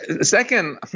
Second